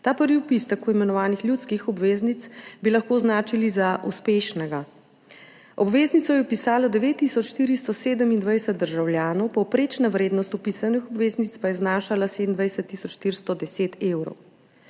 Ta prvi vpis tako imenovanih ljudskih obveznic bi lahko označili za uspešnega. Obveznico je vpisalo 9 tisoč 427 državljanov, povprečna vrednost vpisanih obveznic pa je znašala 27 tisoč 410 evrov.